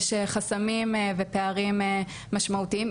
יש חסמים ופערים משמעותיים,